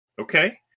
Okay